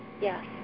Yes